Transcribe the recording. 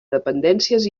dependències